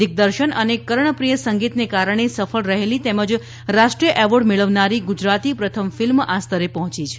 દિગ્દર્શન અને કર્ણપ્રિય સંગીતને કારણે સફળ રહેલી તેમજ રાષ્ટ્રીય એવોર્ડ મેળવનારી ગુજરાતી પ્રથમ ફિલ્મ આ સ્તરે પહોંચી છે